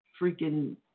freaking